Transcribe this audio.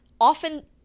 often